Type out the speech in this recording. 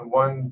one